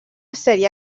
sèrie